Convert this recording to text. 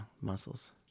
Muscles